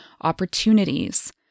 opportunities